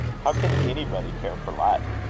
how can anybody care for latin?